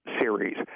series